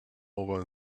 over